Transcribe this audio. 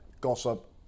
gossip